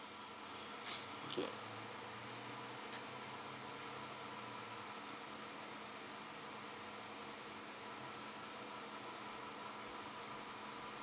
okay